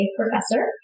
professor